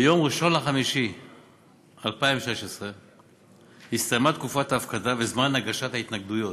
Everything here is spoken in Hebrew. ביום 1 במאי 2016 הסתיימה תקופת ההפקדה וזמן הגשת ההתנגדויות.